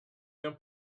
d’un